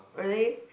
really